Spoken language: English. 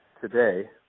today